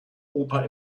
oper